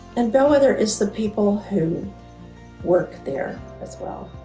and bellwether is the people who work there as well,